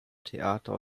theater